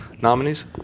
nominees